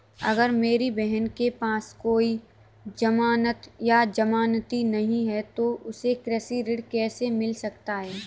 अगर मेरी बहन के पास कोई जमानत या जमानती नहीं है तो उसे कृषि ऋण कैसे मिल सकता है?